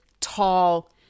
tall